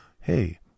hey